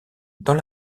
dans